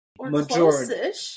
majority